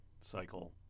cycle